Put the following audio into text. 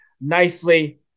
nicely